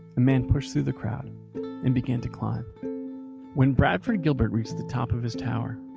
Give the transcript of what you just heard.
man pushed through the crowd and began to climb when bradford gilbert reached the top of his tower,